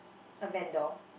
a vendor